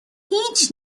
هیچ